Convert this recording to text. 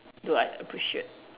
do I appreciate